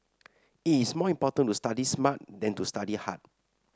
it is more important to study smart than to study hard